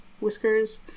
whiskers